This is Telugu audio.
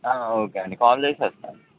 ఓకే అండి కాల్ చేసి వస్తాను